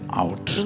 out